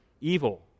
evil